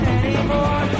anymore